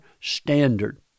standard